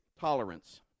tolerance